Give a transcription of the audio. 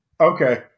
Okay